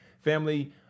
Family